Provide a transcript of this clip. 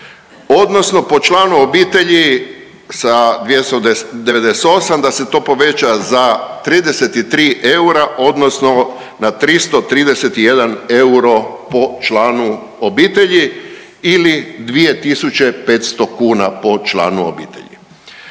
odnosno po članu obitelji sa 298 da se to poveća za 33 eura odnosno na 331 euro po članu obitelji ili 2.500 kuna po članu obitelji.